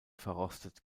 verrostet